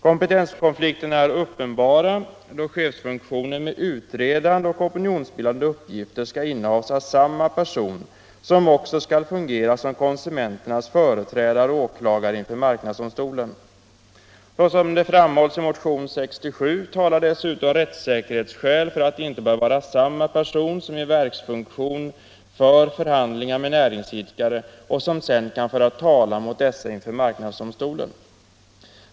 Kompetenskonflikterna är uppenbara, då chefsfunktionen med utredande och opinionsbildande uppgifter skall innehas av samma person som också skall fungera som konsumenternas företrädare och åklagare inför marknadsdomstolen. Såsom det framhålls i motion 67 talar dessutom rättssäkerhetsskäl för att det inte bör vara samma person som i verksfunktion bedriver förhandlingar med näringsidkare och som sedan kan föra talan mot dessa inför marknadsdomstolen.